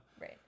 Right